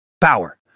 Power